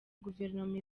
guverinoma